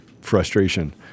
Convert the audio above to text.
frustration